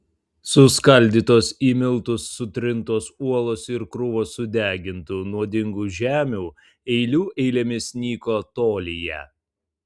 suskaldytos į miltus sutrintos uolos ir krūvos sudegintų nuodingų žemių eilių eilėmis nyko tolyje